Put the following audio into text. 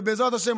ובעזרת השם,